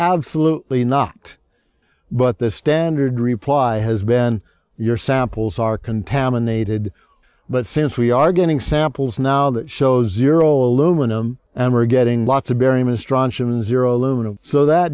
absolutely not but the standard reply has been your samples are contaminated but since we are getting samples now that show zero aluminum and we're getting lots of